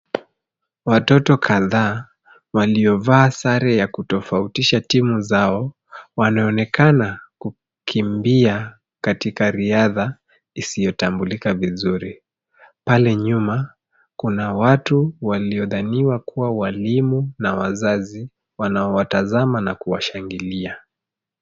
Watoto kadhaa waliovaa sare ya kutofautisha timu zao wanaonekana kukimbia katika riadha isiyotambulika vizuri. Pale nyuma kuna watu wanaodhaniwa kuwa walimu na wazazi wanaowatazama na kuwashangilia.